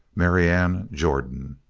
marianne jordan